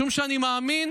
משום שאני מאמין